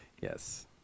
Yes